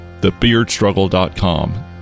thebeardstruggle.com